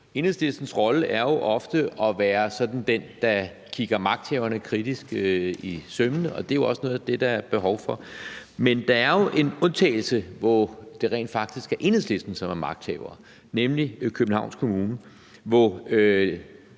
Enhedslistens rolle er jo ofte at være dem, der sådan kigger magthaverne kritisk efter i sømmene, og det er jo også noget af det, der er behov for. Men der er jo en undtagelse, hvor det rent faktisk er Enhedslisten, som er magthaver, nemlig i Københavns Kommune, hvor